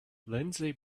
lindsey